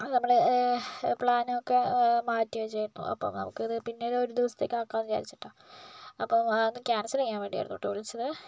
അത് നമ്മള് പ്ലാനൊക്കെ മാറ്റി വെച്ചു അപ്പോൾ നമുക്കത് പിന്നെ ഒരു ദിവസത്തേക്ക് ആക്കാന്ന് വിചാരിച്ചിട്ടാണ് അപ്പോൾ ഒന്ന് ക്യാൻസൽ ചെയ്യാൻ വേണ്ടിയായിരുന്നു കേട്ടോ വിളിച്ചത്